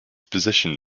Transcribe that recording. position